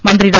മന്ത്രി ഡോ